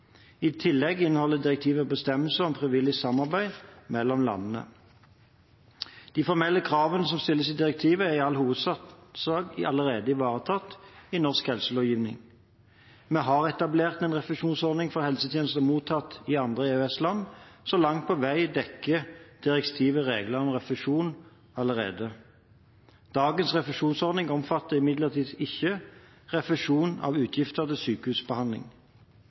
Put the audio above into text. I tillegg inneholder direktivet bestemmelser om frivillig samarbeid mellom landene. De formelle kravene som stilles i direktivet, er i all hovedsak allerede ivaretatt i norsk helselovgivning. Vi har etablert en refusjonsordning for helsetjenester mottatt i andre EØS-land som langt på vei allerede dekker direktivets regler om refusjon. Dagens refusjonsordning omfatter imidlertid ikke refusjon av utgifter til sykehusbehandling.